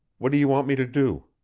what do you want me to do?